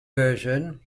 version